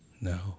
No